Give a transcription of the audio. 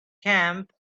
camp